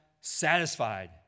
satisfied